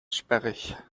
sperrig